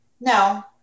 No